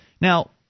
Now